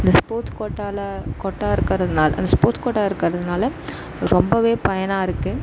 இந்த ஸ்போர்ட்ஸ் கோட்டாவில் கோட்டா இருக்கிறதுனால அந்த ஸ்போர்ட்ஸ் கோட்டா இருக்கிறதுனால ரொம்பவே பயனாக இருக்குது